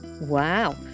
Wow